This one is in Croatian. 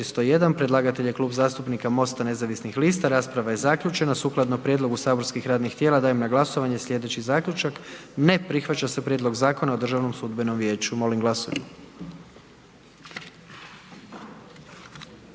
liste i Klub zastupnika HSS-a, rasprava je zaključena. Sukladno prijedlogu saborskih radnih tijela dajem na glasovanje slijedeći zaključak. Ne prihvaća se Prijedlog Zakona o izmjeni i dopunama Ovršnog zakona. Molim glasujmo.